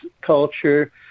culture